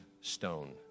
stone